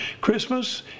Christmas